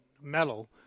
metal